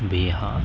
Bihar